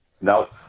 No